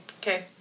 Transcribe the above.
Okay